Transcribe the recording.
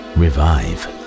revive